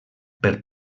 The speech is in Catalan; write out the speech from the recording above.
per